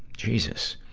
jesus!